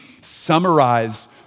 summarize